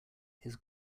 his